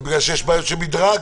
זה בגלל שיש בעיות של מדרג?